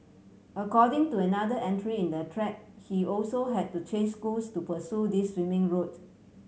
according to another entry in the thread he also had to change schools to pursue this swimming route